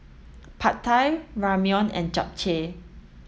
Pad Thai Ramyeon and Japchae